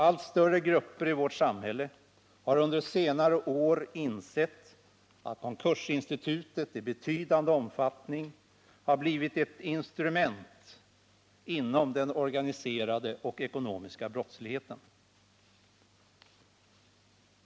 Allt större grupper i vårt samhälle har under senare år insett att konkursinstitutet i betydande omfattning har blivit ett instrument inom den organiserade ekonomiska brottsligheten.